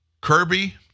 Kirby